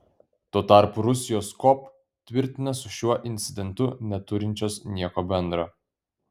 tuo tarpu rusijos kop tvirtina su šiuo incidentu neturinčios nieko bendra